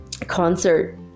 concert